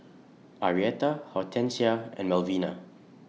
Arietta Hortensia and Melvina